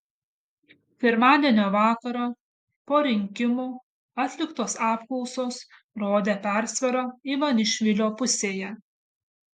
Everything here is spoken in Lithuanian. pirmadienio vakarą po rinkimų atliktos apklausos rodė persvarą ivanišvilio pusėje